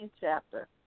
chapter